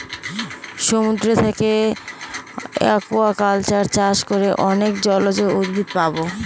সমুদ্র থাকে একুয়াকালচার চাষ করে অনেক জলজ উদ্ভিদ পাবো